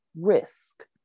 risk